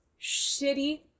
shitty